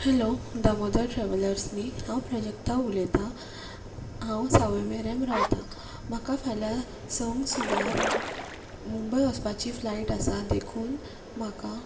hello Damodar travellers न्हय हांव प्रजक्ता उलयतां हांव सावयवेरें रावतां म्हाका फाल्यां सक सुमार मुंबय वचपाची फ्लायट आसा देखून म्हाका